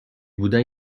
بودن